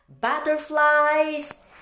butterflies